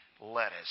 lettuce